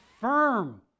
firm